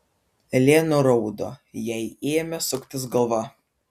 elė nuraudo jai ėmė suktis galva